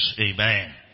amen